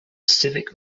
civic